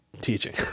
teaching